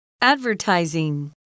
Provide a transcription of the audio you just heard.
Advertising